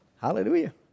Hallelujah